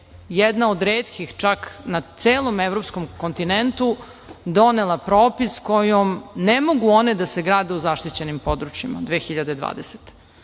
jedna od retkih, čak na celom evropskom kontinentu donela propis kojim ne mogu one da se grade u zaštićenim područjima 2020.